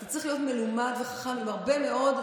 אתה צריך להיות מלומד וחכם עם הרבה מאוד,